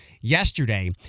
yesterday